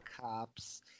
cops